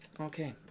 Okay